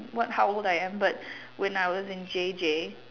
what how old I am but when I was in J_J